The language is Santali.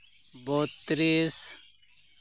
ᱵᱚᱛᱛᱨᱤᱥ